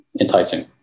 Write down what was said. enticing